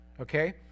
okay